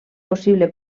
possible